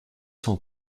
cent